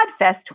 PodFest